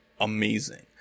amazing